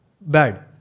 bad